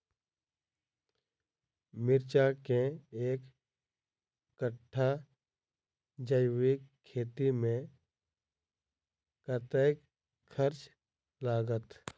मिर्चा केँ एक कट्ठा जैविक खेती मे कतेक खर्च लागत?